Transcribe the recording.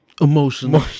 Emotional